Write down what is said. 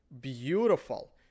Beautiful